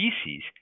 species